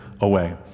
away